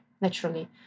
naturally